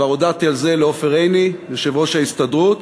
כבר הודעתי על זה לעופר עיני, יושב-ראש ההסתדרות,